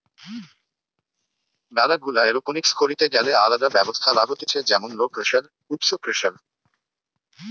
ম্যালা গুলা এরওপনিক্স করিতে গ্যালে আলদা ব্যবস্থা লাগতিছে যেমন লো প্রেসার, উচ্চ প্রেসার